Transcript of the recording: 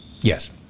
yes